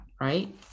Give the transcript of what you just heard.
right